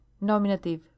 nominative